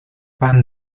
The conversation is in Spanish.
pan